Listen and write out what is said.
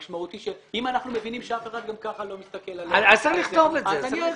אם אנחנו מבינים שאף אחד גם כך לא מסתכל על זה --- צריך לכתוב את זה.